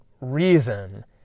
reason